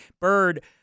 Bird